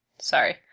sorry